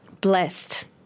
blessed